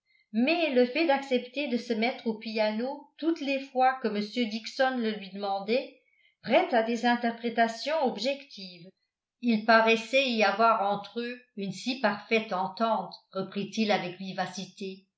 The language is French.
mais le fait d'accepter de se mettre au piano toutes les fois que m dixon le lui demandait prête à des interprétations objectives il paraissait y avoir entre eux une si parfaite entente reprit-il avec vivacité